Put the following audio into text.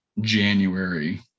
January